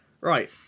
Right